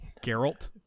Geralt